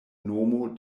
nomo